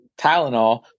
Tylenol